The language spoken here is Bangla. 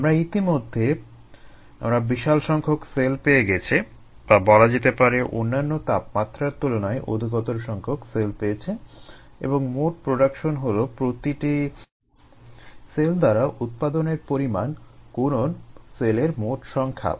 আমরা ইতিমধ্যে আমরা বিশাল সংখ্যক সেল পেয়ে গেছি বা বলা যেতে পারে অন্যান্য তাপমাত্রার তুলনায় অধিকতর সংখ্যক সেল পেয়েছি এবং মোট প্রোডাকশন হলো প্রতিটি সেল দ্বারা উৎপাদনের পরিমাণ গুণন সেলের মোট সংখ্যা